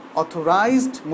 authorized